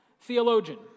theologian